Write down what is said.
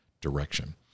direction